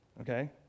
okay